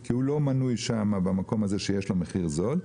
כי הוא לא מנוי שם במקום הזה בו יש לו מחיר זול,